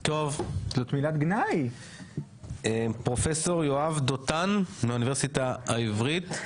טוב, פרופסור יואב דותן מהאוניברסיטה העברית,